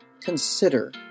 Consider